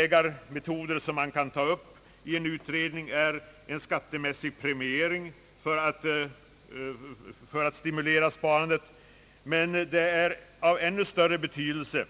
En metod som man kan ta upp i en utredning är skattemässig premiering för att stimulera sparandet, men det är av ännu större betydelse